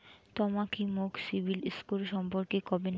তমা কি মোক সিবিল স্কোর সম্পর্কে কবেন?